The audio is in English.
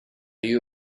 you